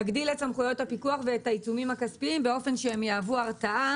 נגדיל את סמכויות הפיקוח ואת העיצומים הכספיים באופן שיהוו הרתעה